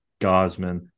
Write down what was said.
Gosman